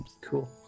cool